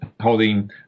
holding